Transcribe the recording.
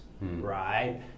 right